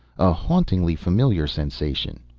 a hauntingly familiar sensation.